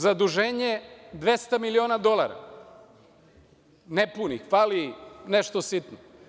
Zaduženje od 200 miliona dolara, nepunih, fali nešto sitno.